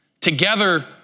Together